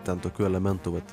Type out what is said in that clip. ten tokių elementų vat